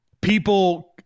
people